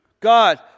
God